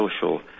social